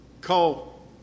call